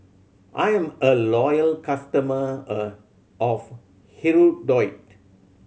I'm a loyal customer of Hirudoid